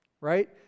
Right